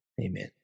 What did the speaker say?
amen